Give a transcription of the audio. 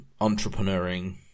entrepreneuring